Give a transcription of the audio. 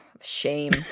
Shame